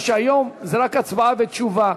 מה שהיום, זה רק הצבעה ותשובה.